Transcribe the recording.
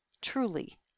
truly